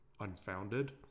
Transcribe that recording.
unfounded